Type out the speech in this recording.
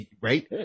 Right